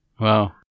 Wow